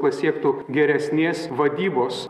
pasiektų geresnės vadybos